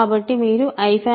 కాబట్టి మీరు i